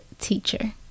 teacher